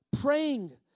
praying